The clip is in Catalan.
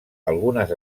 algunes